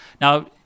Now